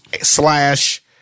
slash